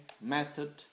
method